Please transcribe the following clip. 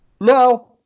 no